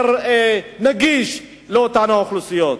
יותר נגיש לאותן אוכלוסיות.